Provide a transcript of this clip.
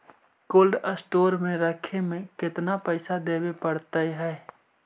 Cold store में रखे में केतना पैसा देवे पड़तै है?